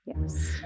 Yes